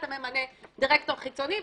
אתה ממנה דירקטור חיצוני,